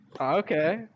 Okay